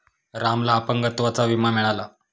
रामला अपंगत्वाचा विमा मिळाला